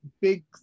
big